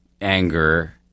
anger